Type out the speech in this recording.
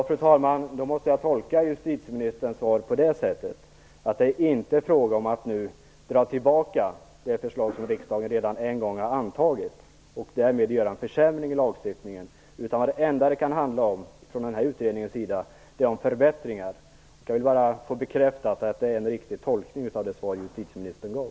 Fru talman! Jag tolkar justitieministerns svar som att det inte fråga om att nu dra tillbaka det förslag som riksdagen redan en gång har antagit, och därmed försämra lagstiftningen. Det enda det kan handla om från utredningens sida är förbättringar. Jag vill bara få bekräftat att detta är en riktig tolkning av det svar justitieministern gav.